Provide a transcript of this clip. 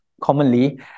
commonly